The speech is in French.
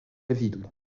ville